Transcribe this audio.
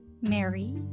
mary